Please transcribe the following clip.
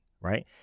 right